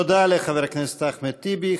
תודה לחבר הכנסת אחמד טיבי.